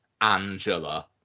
Angela